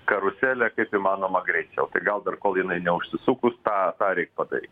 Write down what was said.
karuselė kaip įmanoma greičiau tai gal dar kol jinai neužsisukus tą tą reik padary